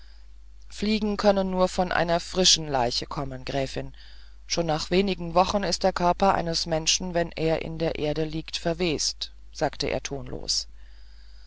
fliegen können nur von einer frischen leiche kommen gräfin schon nach wenigen wochen ist der körper eines menschen wenn er in der erde liegt verwest sagte er tonlos